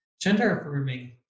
Gender-affirming